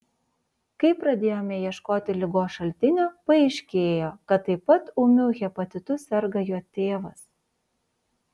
kai pradėjome ieškoti ligos šaltinio paaiškėjo kad taip pat ūmiu hepatitu serga jo tėvas